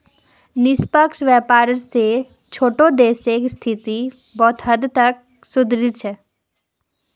निष्पक्ष व्यापार स छोटो देशक स्थिति बहुत हद तक सुधरील छ